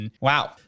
Wow